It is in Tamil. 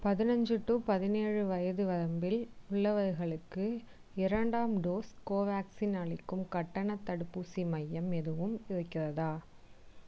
பதினைஞ்சி டு பதினேழு வயது வரம்பில் உள்ளவர்களுக்கு இரண்டாம் டோஸ் கோவேக்சின் அளிக்கும் கட்டணத் தடுப்பூசி மையம் எதுவும் இருக்கிறதா